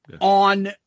On